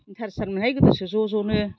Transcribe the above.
एन्थारेस्थारमोनहाय गोदोसो ज' ज'नो